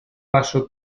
paso